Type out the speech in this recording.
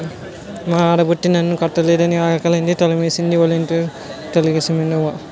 మా ఆడబొట్టి పన్ను కట్టలేదని ఆలింటికి తాలమేసిందట ఒలంటీరు తాలమేసిందట ఓ